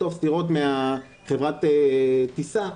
לחטוף סטירות מחברת הטיסה.